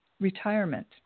retirement